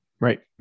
right